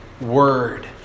word